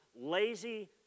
Lazy